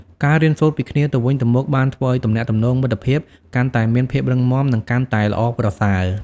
ការរៀនសូត្រពីគ្នាទៅវិញទៅមកបានធ្វើឱ្យទំនាក់ទំនងមិត្តភាពកាន់តែមានភាពរឹងមាំនិងកាន់តែល្អប្រសើរ។